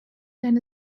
than